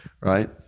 right